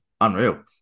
unreal